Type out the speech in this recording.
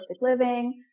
living